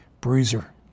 Bruiser